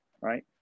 right